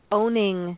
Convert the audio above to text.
owning